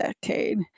decade